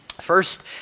First